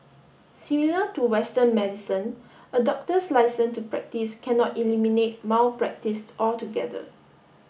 similar to western medicine a doctor's licence to practise cannot eliminate malpractice altogether